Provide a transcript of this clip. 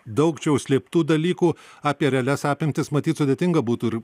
daug čia užslėptų dalykų apie realias apimtis matyt sudėtinga būtų ir